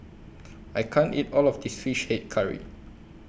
I can't eat All of This Fish Head Curry